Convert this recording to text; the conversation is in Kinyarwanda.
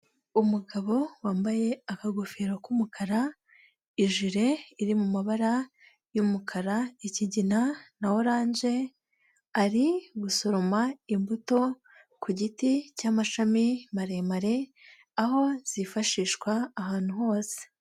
Umugabo wambaye akagofero k'umukara, ijire iri mumabara y'umukara ikigina na orange, ari gusoroma imbuto ku giti cy'amashami maremare aho zifashishwa ahantu hose.